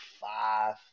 five